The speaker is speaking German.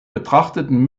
betrachteten